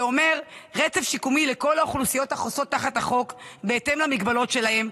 זה אומר רצף שיקומי לכל האוכלוסיות החוסות תחת החוק בהתאם למגבלות שלהן,